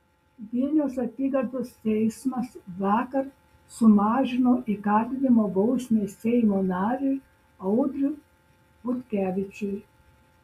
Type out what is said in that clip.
vilniaus apygardos teismas vakar sumažino įkalinimo bausmę seimo nariui audriui butkevičiui